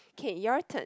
okay your turn